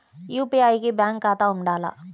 UPI కి bank ఖాతా ఉండాల?